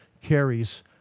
carries